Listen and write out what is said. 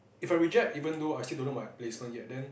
if I reject even though I still don't know my placement yet then